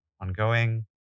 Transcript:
ongoing